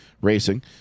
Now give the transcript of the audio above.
racing